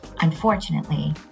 Unfortunately